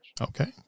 Okay